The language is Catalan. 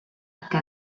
que